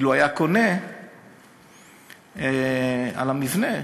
אילו היה קונה ביטוח על המבנה,